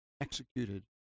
executed